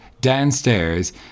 downstairs